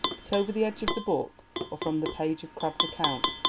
but over the edge of the book, or from the page of crabbed accounts,